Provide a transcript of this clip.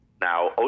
Now